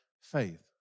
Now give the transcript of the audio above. faith